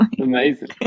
amazing